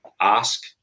ask